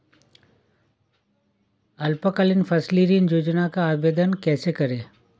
अल्पकालीन फसली ऋण योजना का आवेदन कैसे करें?